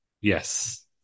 Yes